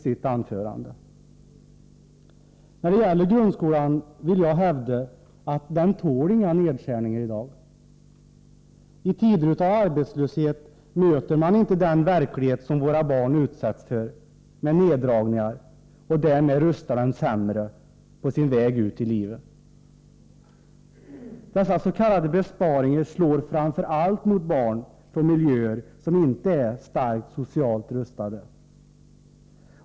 Jag hävdar att grundskolan inte tål några nedskärningar i dag. I tider av arbetslöshet möter man inte den verklighet som våra barn utsätts för med neddragningar — varigenom man rustar dem sämre på deras väg ut i livet. Dessa s.k. besparingar slår framför allt mot barn från miljöer som inte är starkt socialt rustade.